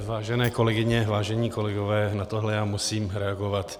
Vážené kolegyně, vážení kolegové, na tohle já musím reagovat.